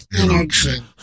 energy